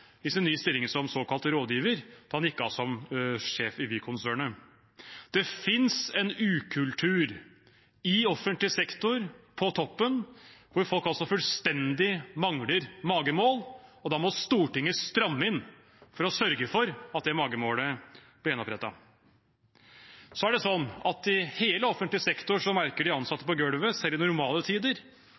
sin nye stilling som såkalt rådgiver da han gikk av som sjef i Vy-konsernet. Det finnes en ukultur på toppen i offentlig sektor, hvor folk fullstendig mangler magemål, og da må Stortinget stramme inn for å sørge for at det magemålet blir gjenopprettet. I hele offentlig sektor merker de ansatte på gulvet, selv i normale tider,